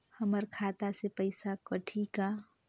हमर खाता से पइसा कठी का?